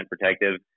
protective